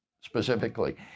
specifically